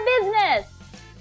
business